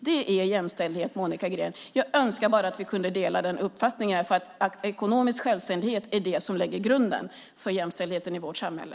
Det är jämställdhet, Monica Green! Jag önskar att vi kunde dela den uppfattningen. Ekonomisk självständighet är det som lägger grunden för jämställdhet i vårt samhälle.